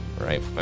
right